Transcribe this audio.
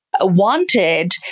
wanted